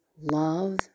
love